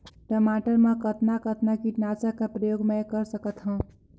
टमाटर म कतना कतना कीटनाशक कर प्रयोग मै कर सकथव?